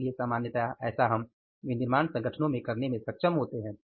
इसलिए सामान्यतया ऐसा हम विनिर्माण संगठनों में करने में सक्षम होते हैं